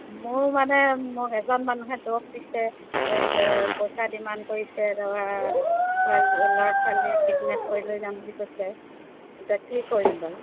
মোৰ মানে মোক এজন মানুহে দম দিছে পইছা ডিমাণ্ড কৰিছে তাৰপৰা ছোৱালী ল'ৰা ছোৱালী কিডনেপ কৰি লৈ যাম বুলি কৈছে এতিয়া কি কৰিম বাৰু